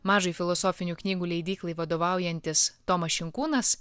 mažai filosofinių knygų leidyklai vadovaujantis tomas šinkūnas